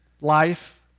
life